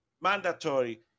Mandatory